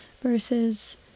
versus